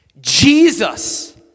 Jesus